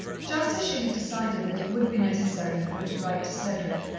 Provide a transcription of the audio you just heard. just as she had decided that it would be necessary for her to write to cedric,